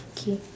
okay